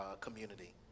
community